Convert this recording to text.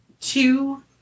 two